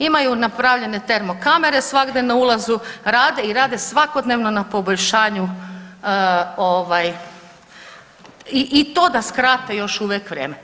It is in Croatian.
Imaju napravljene termo kamere, svagdje na ulazu rade i rade svakodnevno na poboljšanju i to da skrate još uvijek vrijeme.